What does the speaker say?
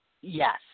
Yes